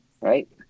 Right